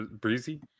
Breezy